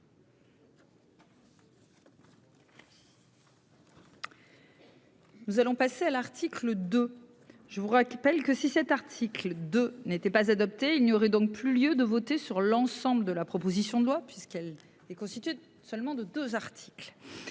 Nous allons passer à l'article de. Je vois qu'que si cet article 2 n'était pas adopté, il n'y aurait donc plus lieu de voter sur l'ensemble de la proposition de loi, puisqu'elle est constituée, seulement de 2 articles.